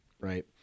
Right